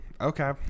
Okay